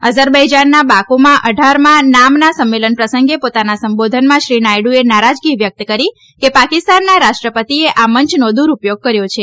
અજરવૈજાનના વાકુમાં અઢારમાં બિન સંગઠન આંદોલન સંમેલન પ્રસંગે પોતાના સંબોધનમાં શ્રી નાથડુએ નારાજગી વ્યકત કરી કે પાકીસ્તાનના રાષ્ટ્રપતિએ આ મંચનો દુરપયોગ કર્યો છે